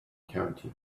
county